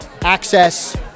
access